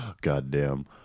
Goddamn